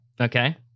Okay